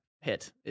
hit